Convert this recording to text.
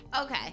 Okay